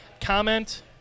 Comment